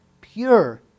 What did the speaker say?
pure